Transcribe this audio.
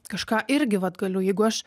kažką irgi vat galiu jeigu aš